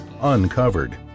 uncovered